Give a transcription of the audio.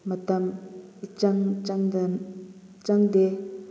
ꯃꯇꯝ ꯏꯆꯪ ꯆꯪꯗꯦ